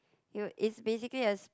it will it's basically as